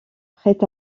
prêt